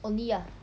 only ah